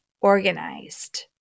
organized